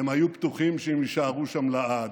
הם היו בטוחים שהם יישארו שם לעד,